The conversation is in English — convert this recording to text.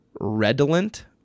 redolent